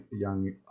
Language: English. young